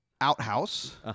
outhouse